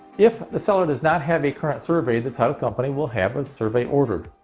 if the seller does not have a current survey, the title company will have a survey ordered.